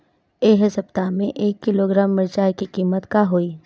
एह सप्ताह मे एक किलोग्राम मिरचाई के किमत का होई?